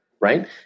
right